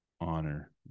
honor